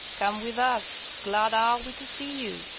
come with us glad are we to see you.